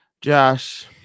Josh